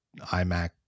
iMac